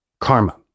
karma